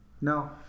No